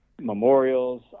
memorials